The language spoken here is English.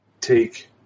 take